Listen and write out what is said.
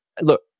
Look